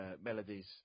melodies